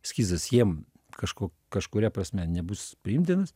eskizas jiem kažko kažkuria prasme nebus priimtinas